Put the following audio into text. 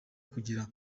kugira